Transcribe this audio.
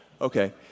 Okay